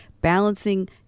Balancing